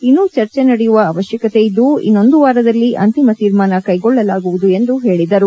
ಇನ್ನೂ ಚರ್ಚೆ ನಡೆಯುವ ಅವಶ್ಯಕತೆ ಇದ್ದು ಇನ್ನೊಂದು ವಾರದಲ್ಲಿ ಅಂತಿಮ ತೀರ್ಮಾನ ಕೈಗೊಳ್ಳಲಾಗುವುದು ಎಂದು ಹೇಳಿದರು